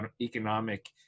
economic